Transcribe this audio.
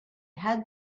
had